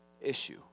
issue